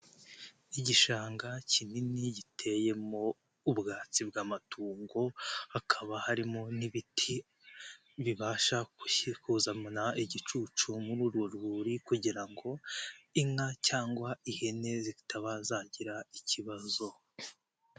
Igishanga kinini giteyemo ubwatsi bw'amatungo, hakaba harimo n'ibiti bibasha kukuzana igicucu muri urwo rwuri kugira ngo inka cyangwa ihene zitaba zagira ikibazo.